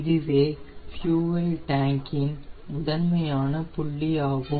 இதுவே ஃபியூயல் டேங்க்கின் முதன்மையான புள்ளியாகும்